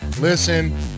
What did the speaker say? listen